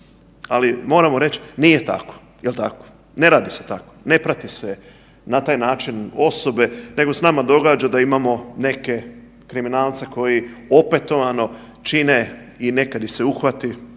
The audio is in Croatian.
Ali moramo reć nije tako, jel tako? Ne radi se tako, ne prati se na taj način osobe nego se nama događa da imamo neke kriminalce koji opetovano čine i nekad ih se uhvati,